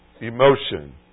emotion